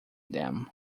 them